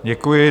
Děkuji.